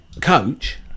coach